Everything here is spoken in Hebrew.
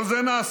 כל זה נעשה.